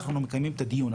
אנחנו מקיימים את הדיון.